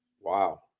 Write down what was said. Wow